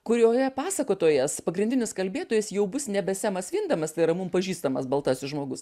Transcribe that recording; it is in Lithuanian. kur joje pasakotojas pagrindinis kalbėtojas jau bus nebe semas vindemas tai yra mums pažįstamas baltasis žmogus